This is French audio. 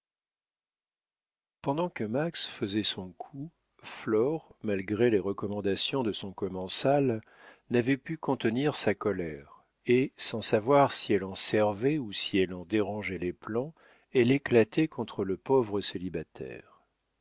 pendant que max faisait son coup flore malgré les recommandations de son commensal n'avait pu contenir sa colère et sans savoir si elle en servait ou si elle en dérangeait les plans elle éclatait contre le pauvre